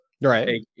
right